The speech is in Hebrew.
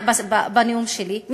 בנאום שלי.